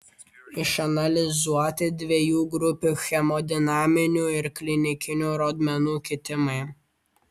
išanalizuoti dviejų grupių hemodinaminių ir klinikinių rodmenų kitimai